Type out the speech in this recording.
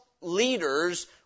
leaders